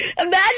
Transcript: Imagine